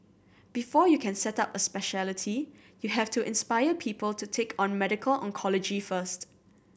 before you can set up a speciality you have to inspire people to take on medical oncology first